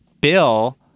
Bill